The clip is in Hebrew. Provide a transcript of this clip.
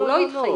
הוא לא התחייב.